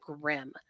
grim